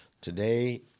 Today